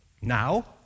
Now